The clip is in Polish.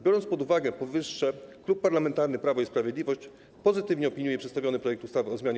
Biorąc pod uwagę powyższe, Klub Parlamentarny Prawo i Sprawiedliwość pozytywnie opiniuje przedstawiony projekt ustawy o zmianie